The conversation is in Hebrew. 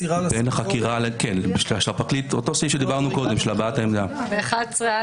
הגשת כתב האישום או שכשאנו כותבים בהליך פלילי,